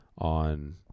on